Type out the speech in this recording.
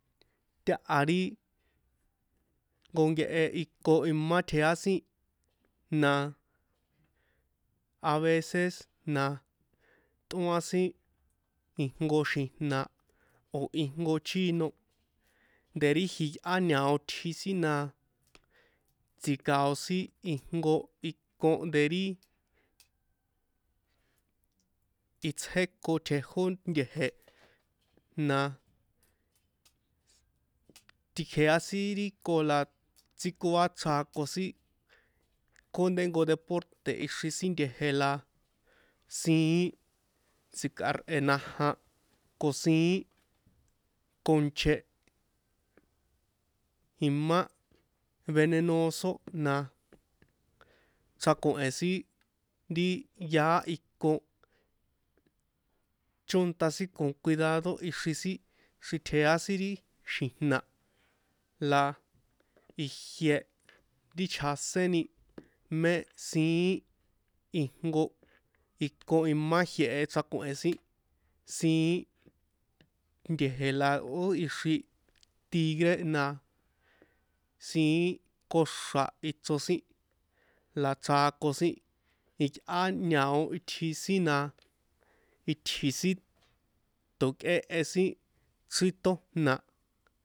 Táha ri jnko nkehe iko imá tjea sin na a vece na tꞌóan sin ijnko xi̱jna̱ o̱ ijnko chíno de ri jiyꞌá ñao itji sin na tsji̱kao̱ sin ijnko ikon de ri itsjé ko tjejó nte̱je̱ na tikjea sin ri iko la ntsíkoa chrakon sin kjóndé jnko deporte ixri sin nte̱je̱ la siín tsi̱ka̱rꞌe naja ko siín konche imá venenosó na chráko̱hen sin ri yaá ikon chónta sin con cuidado ixri sin xritja sin ri xi̱jna̱ la ijie ri chjaséni mé siín ijnko ikon imá jie̱he̱ chrako̱hen sin siín nte̱je̱ la ó ixri tigre na siín koxra̱ ichro sin la chrakon sin iyꞌá ñao itji sin na itji̱ sin to̱kéhe sin chrítójna̱